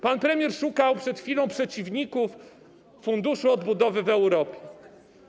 Pan premier szukał przed chwilą przeciwników Funduszu Odbudowy w Europie.